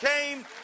came